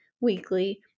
weekly